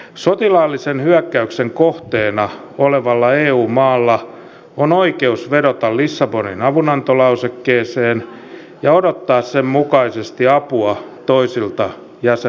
sotilaallisen hyökkäyksen kohteena olevalla eu maalla on oikeus vedota lissabonin avunantolausekkeeseen ja odottaa sen mukaisesti apua toisilta jäsenmailta